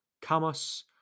Camus